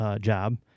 job